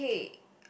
sorry